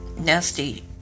nasty